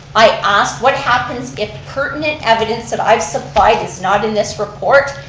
i asked what happens if pertinent evidence that i supplied is not in this report,